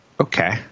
okay